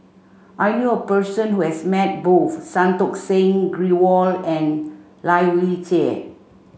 I knew a person who has met both Santokh Singh Grewal and Lai Weijie